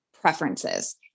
preferences